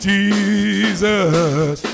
Jesus